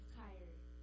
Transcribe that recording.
tired